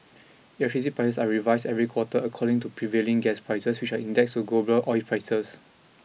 electricity price are revised every quarter according to prevailing gas prices which are indexed to global oil prices